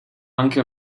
anche